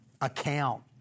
account